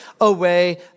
away